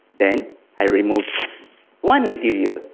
then i remove one material,